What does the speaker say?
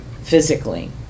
physically